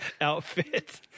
outfit